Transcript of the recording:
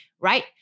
right